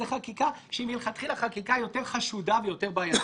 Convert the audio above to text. זאת חקיקה שהיא מלכתחילה חקיקה יותר חשודה ויותר בעייתית.